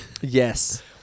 Yes